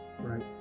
Right